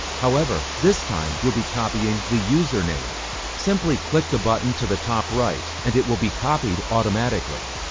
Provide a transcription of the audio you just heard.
however, this time you'll be copying the username simply click the button to the top right and it will be copied automatically.